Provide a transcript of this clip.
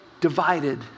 divided